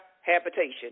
habitation